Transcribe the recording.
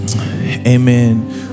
Amen